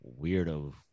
Weirdo